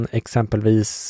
exempelvis